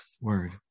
Word